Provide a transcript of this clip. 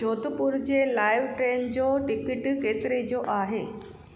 जोधपुर जे लाइ ट्रेन जो टिकट केतिरे जो आहे